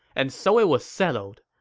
and so it was settled.